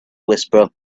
whisperer